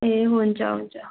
ए हुन्छ हुन्छ